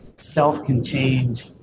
self-contained